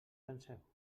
penseu